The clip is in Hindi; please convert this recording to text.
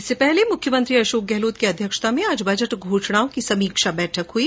इससे पहले मुख्यमंत्री अशोक गहलोत की अध्यक्षता में आज बजट घोषणाओं की समीक्षा बैठक हुई